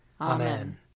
Amen